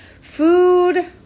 food